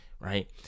Right